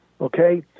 okay